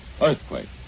Earthquake